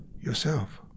Yourself